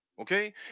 okay